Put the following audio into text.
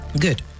Good